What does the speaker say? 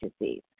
disease